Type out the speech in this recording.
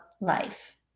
life